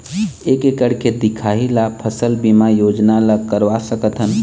एक एकड़ के दिखाही ला फसल बीमा योजना ला करवा सकथन?